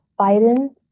Biden